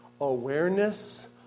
awareness